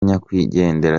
nyakwigendera